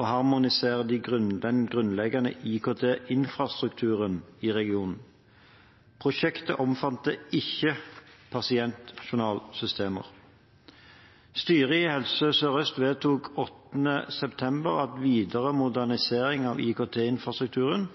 og harmonisere den grunnleggende IKT-infrastrukturen i regionen. Prosjektet omfatter ikke pasientjournalsystemet. Styret i Helse Sør-Øst vedtok 8. september at videre modernisering av